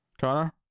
Connor